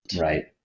right